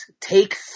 Take